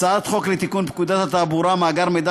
הצעת חוק לתיקון פקודת התעבורה (מאגר מידע